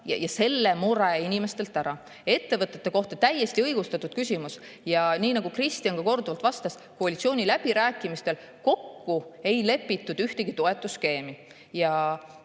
ja selle mure inimestelt ära. Ettevõtete kohta täiesti õigustatud küsimus. Nii nagu Kristjan korduvalt vastas, koalitsiooniläbirääkimistel ei lepitud kokku ühtegi toetusskeemi.